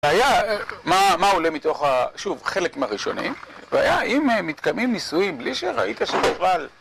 היה, מה עולה מתוך, שוב, חלק מהראשונים, והיה אם מתקיימים נישואים בלי שראית שכבל...